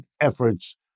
efforts